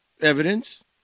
evidence